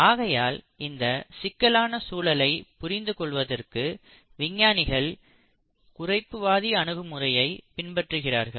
ஆகையால் இந்த சிக்கலான சூழலை புரிந்து கொள்வதற்கு விஞ்ஞானிகள் குறைப்புவாதி அணுகுமுறையை பின்பற்றுகிறார்கள்